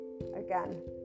again